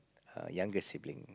err younger sibling